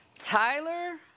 Tyler